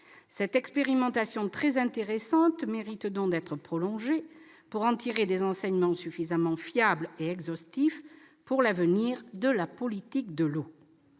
Cette expérimentation très intéressante mérite donc d'être prolongée, afin d'en tirer des enseignements suffisamment fiables et exhaustifs pour l'avenir de la politique de l'eau.